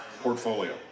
Portfolio